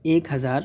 ایک ہزار